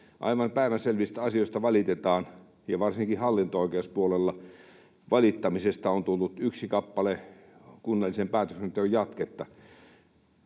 Aivan päivänselvistä asioista valitetaan, ja varsinkin hallinto-oikeuspuolella valittamisesta on tullut yksi kappale kunnallisen päätöksenteon jatketta.